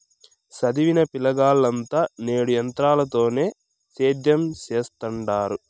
సదివిన పిలగాల్లంతా నేడు ఎంత్రాలతోనే సేద్యం సెత్తండారు